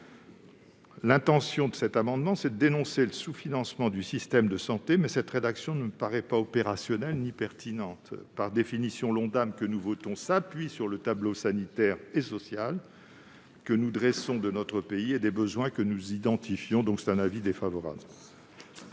L'intention de ses auteurs est de dénoncer le sous-financement du système de santé, mais cette rédaction ne me paraît ni opérationnelle ni pertinente. Par définition, l'Ondam que nous votons s'appuie sur le tableau sanitaire et social que nous dressons de notre pays et sur les besoins que nous identifions. La commission émet donc un avis défavorable